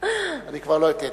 אני כבר לא אתן.